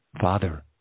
Father